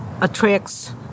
attracts